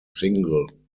single